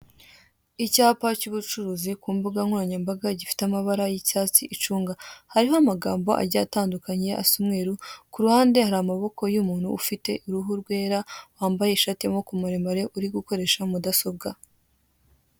Icyapa cy'ubucuruzi ku mbugankoranyambaga gifite amabara y'icyatsi, icunga, hariho amagambo agiye atandukanye asa umweru ku ruhande hari amaboko y'umuntu ufite uruhu rwera wambaye ishati y'amaboko maremare uri gukoresha mudasobwa.